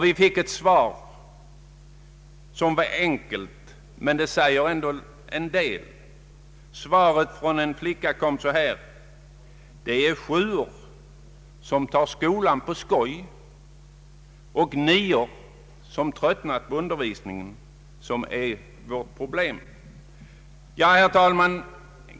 Vi fick ett svar som var enkelt men som ändå säger en del. En flicka svarade: Det är sjuor som tar skolan på skoj och nior som tröttnat på undervisningen, som är vårt problem. Herr talman!